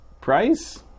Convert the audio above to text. price